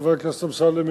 חבר הכנסת אמסלם,